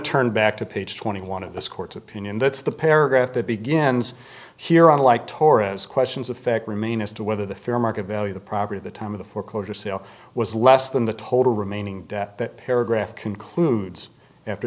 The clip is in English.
back to page twenty one of this court's opinion that's the paragraph that begins here on like torres questions of fact remain as to whether the fair market value the property the time of the foreclosure sale was less than the total remaining debt that paragraph concludes after